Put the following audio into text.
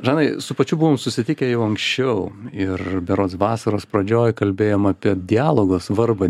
žanai su pačiu buvom susitikę jau anksčiau ir berods vasaros pradžioj kalbėjom apie dialogo svarbą